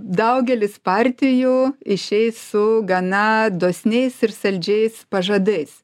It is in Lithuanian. daugelis partijų išeis su gana dosniais ir saldžiais pažadais